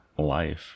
Life